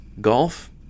Golf